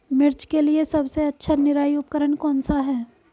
मिर्च के लिए सबसे अच्छा निराई उपकरण कौनसा है?